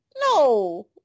No